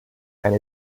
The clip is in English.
and